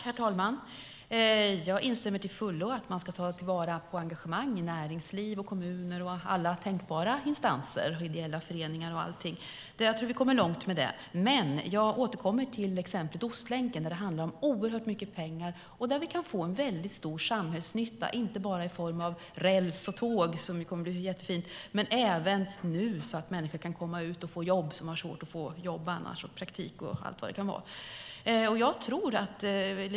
Herr talman! Jag instämmer till fullo i att man ska ta vara på engagemang i näringsliv, kommuner, ideella föreningar och alla tänkbara instanser. Jag tror att vi kommer långt med det. Men jag återkommer till exemplet Ostlänken. Där handlar det om oerhört mycket pengar, och vi kan få en mycket stor samhällsnytta, inte bara i form av räls och tåg, som ju kommer att bli jättefint, utan även så att människor som har svårt att få jobb och praktik kan komma ut och få jobb.